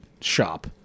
shop